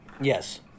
Yes